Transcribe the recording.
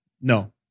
No